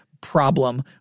problem